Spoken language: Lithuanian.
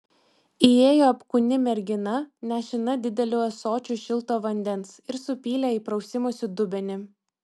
įėjo apkūni mergina nešina dideliu ąsočiu šilto vandens ir supylė į prausimosi dubenį